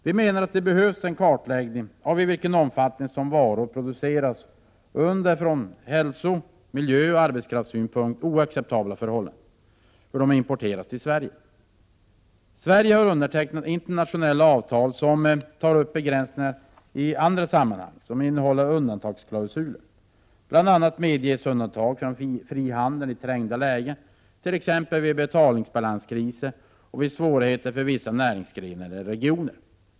Vi menar att det behövs en kartläggning av i vilken omfattning som varor som produceras under från hälso-, miljöoch arbetskraftssynpunkt oacceptabla förhållanden importeras till Sverige. Sverige har undertecknat internationella avtal som tar upp begränsningar i andra sammanhang. De innehåller undantagsklausuler. Bl. a. medges undantag från frihandeln i trängda lägen, t.ex. vid betalningsbalanskriser och vid svårigheter för vissa näringsgrenar eller regioner.